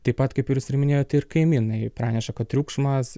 taip pat kaip ir jūs ir minėjot ir kaimynai praneša kad triukšmas